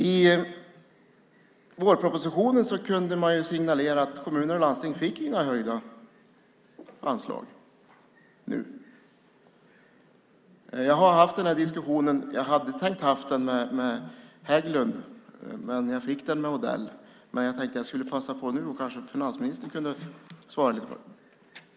I vårpropositionen kunde man signalera att kommuner och landsting inte fick några höjda anslag. Jag hade tänkt ha denna diskussion med Hägglund, men jag fick den med Odell. Nu tänkte jag passa på att fråga om kanske finansministern kunde svara mig.